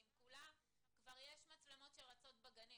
יש כבר מצלמות שרצות בגנים.